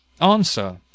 Answer